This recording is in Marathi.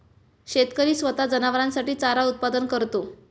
शेतकरी स्वतः जनावरांसाठी चारा उत्पादन करतो